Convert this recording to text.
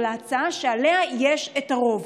או על ההצעה שעליה יש את הרוב,